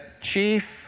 chief